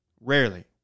Rarely